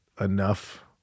enough